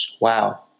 Wow